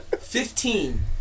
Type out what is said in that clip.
Fifteen